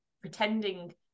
pretending